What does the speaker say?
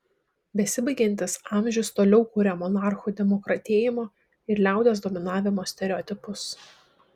besibaigiantis amžius toliau kuria monarchų demokratėjimo ir liaudies dominavimo stereotipus